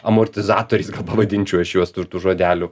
amortizatoriais pavadinčiau aš juos tų tų žodelių